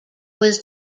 was